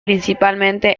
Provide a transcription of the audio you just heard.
principalmente